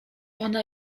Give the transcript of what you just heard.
ona